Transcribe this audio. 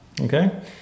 Okay